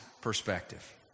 perspective